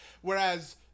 Whereas